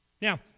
Now